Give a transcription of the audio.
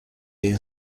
این